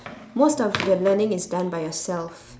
most of the learning is done by yourself